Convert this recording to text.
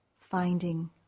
finding